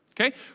Okay